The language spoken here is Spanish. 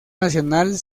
nacional